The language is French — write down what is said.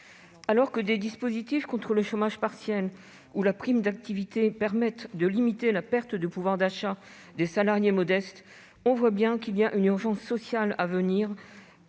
Alors que des dispositifs comme le chômage partiel ou la prime d'activité permettent de limiter la perte de pouvoir d'achat des salariés modestes, il y a à l'évidence une urgence sociale : il